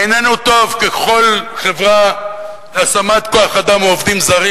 איננו טוב ככל חברה להשמת כוח-אדם או עובדים זרים,